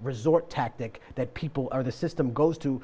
resort tactic that people are the system goes to